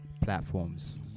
platforms